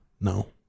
No